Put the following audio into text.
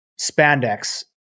spandex